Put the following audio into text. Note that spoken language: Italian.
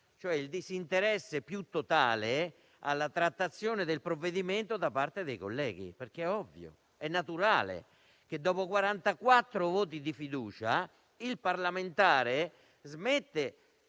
è il disinteresse più totale alla trattazione del provvedimento da parte dei colleghi. È ovvio e naturale che, dopo 44 voti di fiducia, il parlamentare smetta